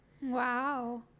wow